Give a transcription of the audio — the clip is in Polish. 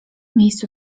miejscu